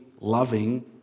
loving